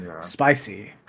spicy